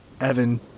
Evan